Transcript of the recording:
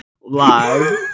live